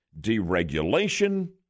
Deregulation